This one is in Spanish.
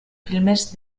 filmes